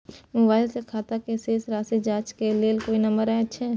Mobile से खाता के शेस राशि जाँच के लेल कोई नंबर अएछ?